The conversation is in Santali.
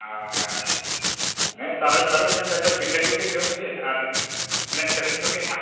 ᱦᱳᱭ ᱦᱳᱭ ᱦᱳᱭ ᱥᱟᱨᱮᱡ ᱵᱟᱨᱮᱡ ᱟᱜ ᱞᱮᱴᱚ ᱯᱤᱴᱷᱟᱹ ᱠᱚᱜᱮ ᱡᱚᱢ ᱵᱤᱱ ᱟᱨ ᱮᱱᱮᱡ ᱥᱮᱨᱮᱧ ᱠᱚᱜᱮ ᱦᱟᱸᱜ